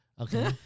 Okay